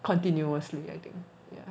continuously I think yeah